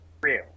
real